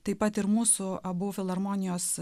taip pat ir mūsų abu filharmonijos